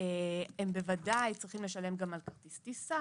הם בוודאי צריכים לשלם גם על כרטיס טיסה